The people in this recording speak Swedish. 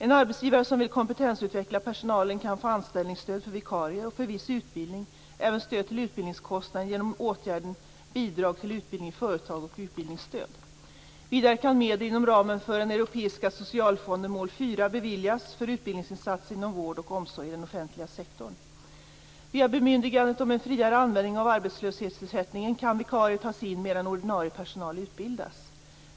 En arbetsgivare som vill kompetensutveckla personalen kan få anställningsstöd för vikarier och för viss utbildning, även stöd till utbildningskostnaden genom åtgärderna bidrag till utbildning i företag och utbildningsstöd. Vidare kan medel inom ramen för Via bemyndigandet om en friare användning av arbetslöshetsersättningen kan vikarier tas in medan ordinarie personal utbildas.